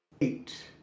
Eight